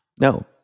No